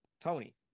Tony